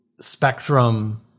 spectrum